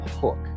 hook